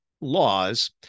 laws